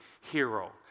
hero